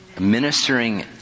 ministering